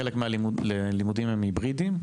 חלק מהלימודים הם היברידיים?